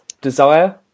desire